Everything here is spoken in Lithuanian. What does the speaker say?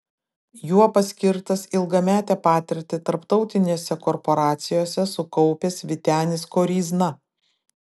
juo paskirtas ilgametę patirtį tarptautinėse korporacijose sukaupęs vytenis koryzna